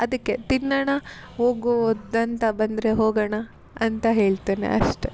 ಅದಕ್ಕೆ ತಿನ್ನೋಣ ಹೋಗೋದಂತ ಬಂದರೆ ಹೋಗೋಣ ಅಂತ ಹೇಳ್ತೇನೆ ಅಷ್ಟೆ